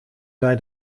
zei